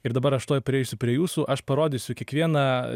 ir dabar aš tuoj prieisiu prie jūsų aš parodysiu kiekvieną